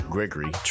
Gregory